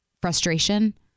frustration